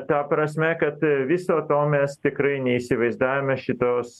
ta prasme kad viso to mes tikrai neįsivaizdavome šitos